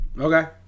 Okay